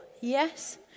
yes